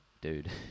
dude